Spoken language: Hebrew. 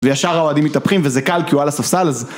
וישר האוהדים מתהפכים, וזה קל, כי הוא על הספסל, אז...